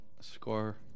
score